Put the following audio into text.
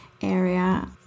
area